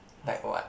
like what